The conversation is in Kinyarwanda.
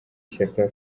shyaka